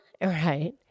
right